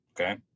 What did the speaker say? okay